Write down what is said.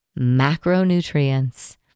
macronutrients